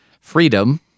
freedom